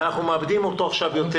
ועכשיו אנחנו מאבדים אותו יותר.